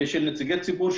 נציגי ציבור,